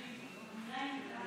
נתקבלה.